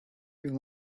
you